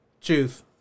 Choose